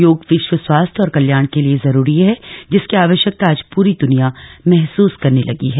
योग विश्व स्वास्थ्य और कल्याण के लिए जरुरी है जिसकी आवश्यकता आज पूरी दुनिया महसूस करने लगी है